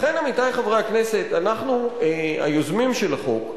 לכן, עמיתי חברי הכנסת, אנחנו, היוזמים של החוק,